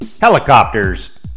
Helicopters